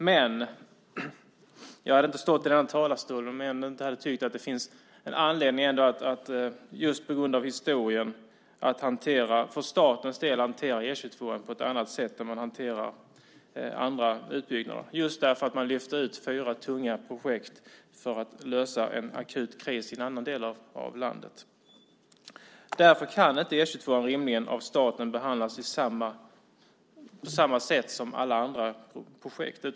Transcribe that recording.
Men jag hade inte stått i den här talarstolen om jag inte hade tyckt att det ändå finns en anledning, just på grund av historien, att för statens del hantera E 22 på ett annat sätt än man hanterar andra utbyggnader, just därför att man lyfte ut fyra tunga projekt för att lösa en akut kris i en annan del av landet. Därför kan E 22 inte rimligen av staten behandlas på samma sätt som alla andra projekt.